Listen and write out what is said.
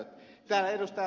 täällä ed